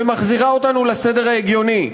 ומחזירה אותנו לסדר ההגיוני.